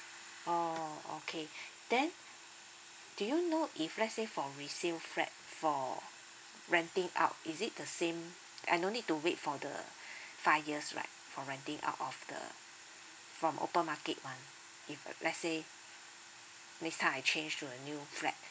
oh okay then do you know if let's say for resale flat for renting out is it the same I not need to wait for the five years right for renting out of the from open market one if uh let's say next time I change to a new flat